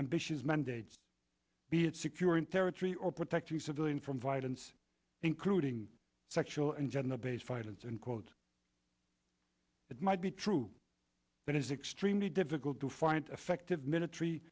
ambitious mandates be it securing territory or protecting civilians from violence including sexual and gender based violence and called it might be true but it is extremely difficult to find effective military